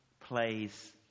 plays